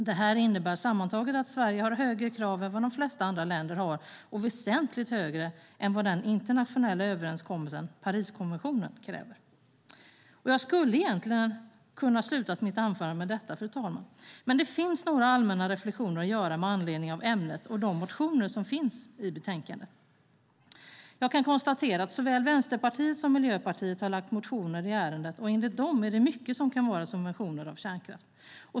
Detta innebär sammantaget att Sverige har högre krav än vad de flesta andra länder har och väsentligt högre krav än vad den internationella överenskommelsen, Pariskonventionen, ställer. Jag skulle egentligen kunna ha slutat mitt anförande med detta, fru talman, men det finns några allmänna reflexioner att göra med anledning av ämnet och de motioner som behandlas i betänkandet. Jag kan konstatera att såväl Vänsterpartiet som Miljöpartiet har väckt motioner i ärendet, och enligt dem är det mycket som kan vara subventioner av kärnkraft.